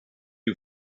who